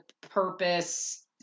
purpose